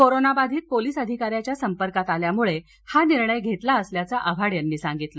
corona बाधित police अधिकाऱ्याच्या संपर्कात आल्यामुळे हा निर्णय घेतला असल्याचं आव्हाड यांनी सांगितलं